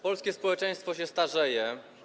Polskie społeczeństwo się starzeje.